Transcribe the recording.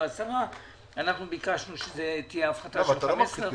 להפחית 10% ואנחנו ביקשנו שתהיה הפחתה של 15%. אם